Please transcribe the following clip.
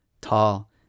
Tall